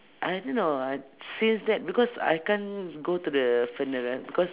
I don't know uh since that because I can't go to the funeral because